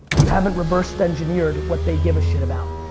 you haven't reversed engineered what they give a shit about,